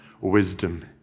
wisdom